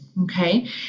Okay